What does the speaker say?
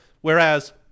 Whereas